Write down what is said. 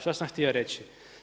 Što sam htio reći.